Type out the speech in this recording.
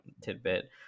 tidbit